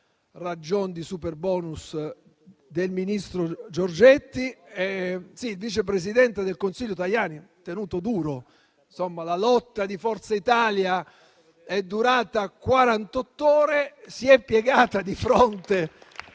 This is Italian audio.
ragion di superbonus del ministro Giorgetti. Il vice presidente del Consiglio Tajani ha tenuto duro: la lotta di Forza Italia è durata quarantott'ore